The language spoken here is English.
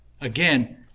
again